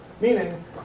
Meaning